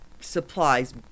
supplies